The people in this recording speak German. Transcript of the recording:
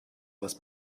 was